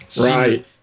right